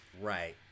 Right